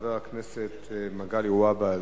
חבר הכנסת מגלי והבה,